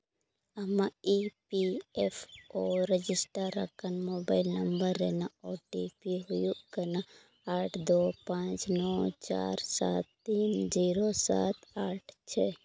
ᱟᱢᱟᱜ E P F O register ᱟᱠᱟᱱ mobile number ᱨᱮᱱᱟᱜ ᱳᱴᱤᱯᱤ ᱦᱩᱭᱩᱜ ᱠᱟᱱᱟ ᱟᱴ ᱫᱳ ᱯᱟᱸᱪ ᱱᱚᱭ ᱪᱟᱨ ᱥᱟᱛ ᱛᱤᱱ ᱡᱤᱨᱳ ᱥᱟᱛ ᱟᱴ ᱪᱷᱮ